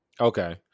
Okay